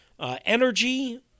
energy